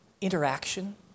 interaction